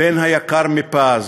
הבן היקר מפז,